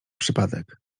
przypadek